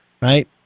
right